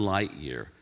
Lightyear